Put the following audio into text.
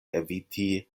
eviti